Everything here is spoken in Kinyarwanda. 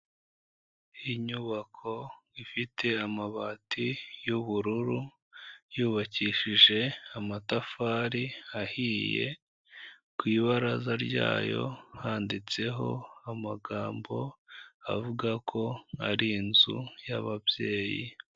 Inyubako ifite amabati y'ubururu, yubakishije amatafari ahiye, ku ibaraza ryayo handitseho amagambo avuga ko ari inzu y'ababyeyi.